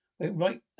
Right